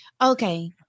Okay